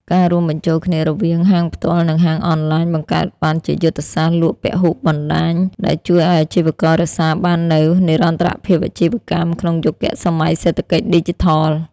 ការរួមបញ្ចូលគ្នារវាង ហាងផ្ទាល់ និង ហាងអនឡាញ បង្កើតបានជាយុទ្ធសាស្ត្រលក់ពហុបណ្ដាញ ដែលជួយឱ្យអាជីវកររក្សាបាននូវ និរន្តរភាពអាជីវកម្ម ក្នុងយុគសម័យសេដ្ឋកិច្ចឌីជីថល។